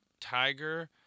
tiger